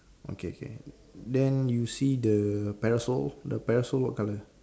okay okay then you see the parasol the parasol what colour